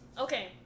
okay